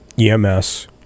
EMS